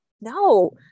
No